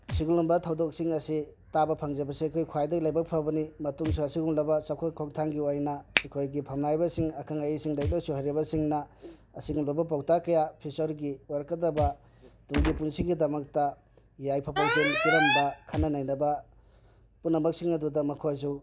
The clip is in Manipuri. ꯑꯁꯤꯒꯨꯝꯂꯕ ꯊꯧꯗꯣꯛꯁꯤꯡ ꯑꯁꯤ ꯇꯥꯕ ꯐꯪꯖꯕꯁꯦ ꯑꯩꯈꯣꯏ ꯈ꯭ꯋꯥꯏꯗꯒꯤ ꯂꯥꯏꯕꯛ ꯐꯕꯅꯤ ꯃꯇꯨꯡꯁꯨ ꯑꯁꯤꯒꯨꯝꯂꯕ ꯆꯥꯎꯈꯠ ꯈꯣꯡꯊꯥꯡꯒꯤ ꯑꯣꯏꯅ ꯑꯩꯈꯣꯏꯒꯤ ꯐꯝꯅꯥꯏꯕꯁꯤꯡ ꯑꯈꯪ ꯑꯍꯩꯁꯤꯡꯗ ꯂꯥꯏꯔꯤꯛ ꯂꯥꯏꯁꯨ ꯍꯩꯔꯕꯁꯤꯡꯅ ꯑꯁꯤꯒꯨꯝꯂꯕ ꯄꯥꯎꯇꯥꯛ ꯀꯌꯥ ꯐ꯭ꯌꯨꯆꯔꯒꯤ ꯑꯣꯏꯔꯛꯀꯗꯕ ꯇꯨꯡꯒꯤ ꯄꯨꯟꯁꯤꯒꯤꯗꯃꯛꯇ ꯌꯥꯏꯐ ꯄꯥꯎꯖꯦꯜ ꯄꯤꯔꯝꯕ ꯈꯟꯅ ꯅꯩꯅꯕ ꯄꯨꯝꯅꯃꯛꯁꯤꯡ ꯑꯗꯨꯗ ꯃꯈꯣꯏꯁꯨ